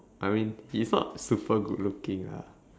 I mean he's not super good looking ah